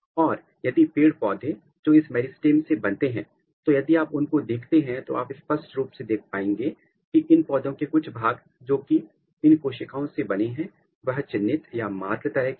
और यदि पेड़ पौधे जो इस मेरिस्टेम से बनते हैं तो यदि आप उनको देखते हैं तो आप स्पष्ट रूप से देख पाएंगे कि इन पौधों के कुछ भाग जोकि इन कोशिकाओं से बने हैं वह चिन्हित या मार्कड तरह के हैं